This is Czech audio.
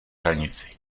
hranici